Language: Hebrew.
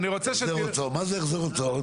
מה זה החזר הוצאות?